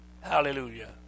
Hallelujah